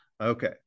okay